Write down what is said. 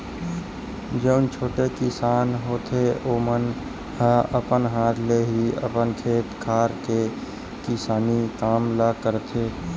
जउन छोटे किसान होथे ओमन ह अपन हाथ ले ही अपन खेत खार के किसानी काम ल करथे